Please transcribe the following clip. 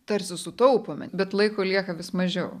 tarsi sutaupome bet laiko lieka vis mažiau